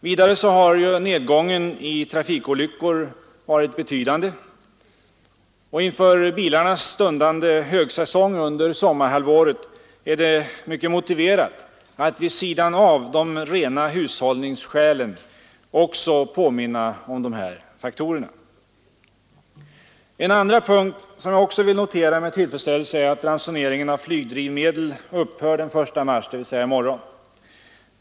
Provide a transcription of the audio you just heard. Vidare har ju nedgången i antalet trafikolyckor varit betydande, och inför bilarnas stundande högsäsong under sommarhalvåret är det mycket motiverat att vid sidan av de rena hushållningsskälen också påminna om dessa faktorer. En andra punkt som jag vill notera med tillfredsställelse är att ransoneringen av flygdrivmedel upphör den 1 mars, dvs. i morgon.